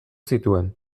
zituen